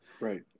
Right